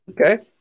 Okay